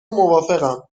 موافقم